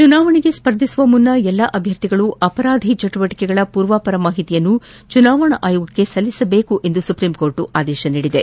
ಚುನಾವಣೆಗೆ ಸ್ಫರ್ಧಿಸುವ ಮುನ್ನ ಎಲ್ಲಾ ಅಭ್ಯರ್ಥಿಗಳು ಅಪರಾಧಿ ಚಟುವಟಿಕೆಗಳ ಮೂರ್ವಾಪರ ಮಾಹಿತಿಯನ್ನು ಚುನಾವಣಾ ಆಯೋಗಕ್ಕೆ ಸಲ್ಲಿಸಬೇಕೆಂದು ಸುಪ್ರೀಂ ಕೋರ್ಟ್ ಆದೇಶಿಸಿದೆ